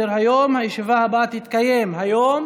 בעד, אין מתנגדים ואין נמנעים.